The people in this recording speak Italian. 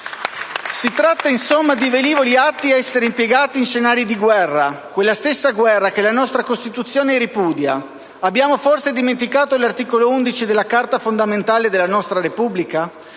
Si tratta, insomma, di velivoli atti ad essere impiegati in scenari di guerra, quella stessa guerra che la nostra Costituzione ripudia. Abbiamo forse dimenticato l'articolo 11 della Carta fondamentale della nostra Repubblica: